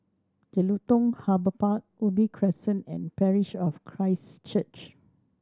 Jelutung Harbour Park Ubi Crescent and Parish of Christ Church